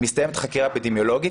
מסתיימת החקירה האפידמיולוגית.